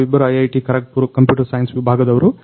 ನಾವಿಬ್ಬರೂ IIT Kharagpur computer science ವಿಭಾಗದವರು